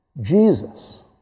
Jesus